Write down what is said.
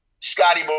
Scotty